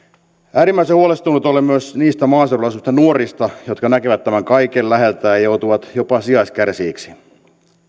äärimmäisen huolestunut olen myös niistä maaseudulla asuvista nuorista jotka näkevät tämän kaiken läheltä ja joutuvat jopa sijaiskärsijöiksi